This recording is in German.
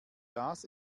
das